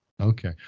Okay